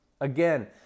Again